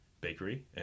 Bakery